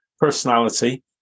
personality